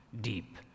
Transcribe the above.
deep